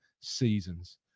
seasons